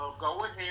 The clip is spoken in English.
go-ahead